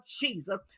Jesus